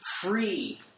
free